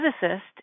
Physicist